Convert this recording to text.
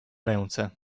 ręce